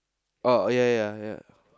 oh oh ya ya ya